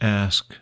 ask